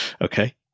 Okay